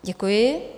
Děkuji.